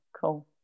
Cool